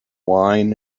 wine